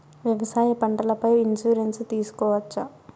వ్యవసాయ పంటల పై ఇన్సూరెన్సు తీసుకోవచ్చా?